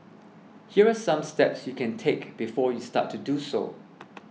here are some steps you can take before you start to do so